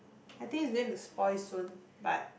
I think it's going to spoil soon but